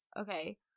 okay